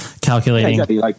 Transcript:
calculating